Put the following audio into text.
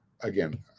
Again